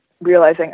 realizing